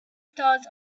stars